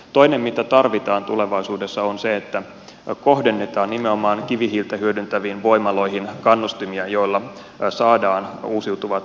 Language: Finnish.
toinen mitä tarvitaan tulevaisuudessa on se että kohdennetaan nimenomaan kivihiiltä hyödyntäviin voimaloihin kannustimia joilla saadaan uusiutuvat energiavaihtoehdot käyttöön